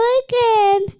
again